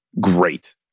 great